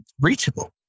reachable